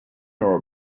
nor